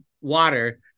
water